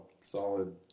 solid